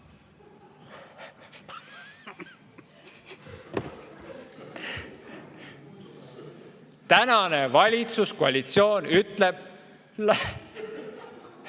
Tänane valitsuskoalitsioon ütleb: